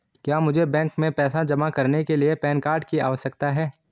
क्या मुझे बैंक में पैसा जमा करने के लिए पैन कार्ड की आवश्यकता है?